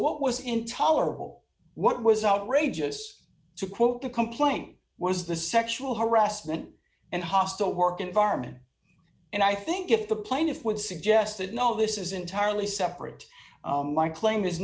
what was intolerable what was outrageous to quote the complaint was the sexual harassment and hostile work environment and i think if the plaintiff would suggest that no this is entirely separate my claim